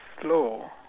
slow